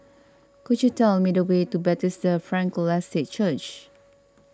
could you tell me the way to Bethesda Frankel Estate Church